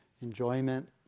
enjoyment